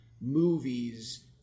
Movies